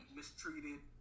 mistreated